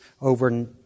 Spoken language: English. over